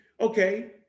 okay